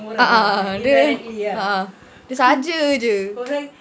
uh uh uh uh dia dia saja jer